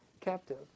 captive